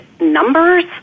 numbers